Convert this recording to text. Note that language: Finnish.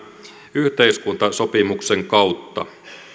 yhteiskuntasopimuksen kautta